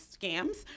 scams